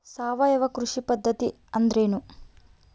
ಸಾವಯವ ಕೃಷಿ ಪದ್ಧತಿ ಅಂದ್ರೆ ಏನ್ರಿ?